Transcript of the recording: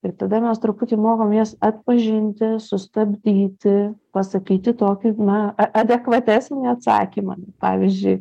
ir tada mes truputį mokom jas atpažinti sustabdyti pasakyti tokį na a adekvatesnį atsakymą pavyzdžiui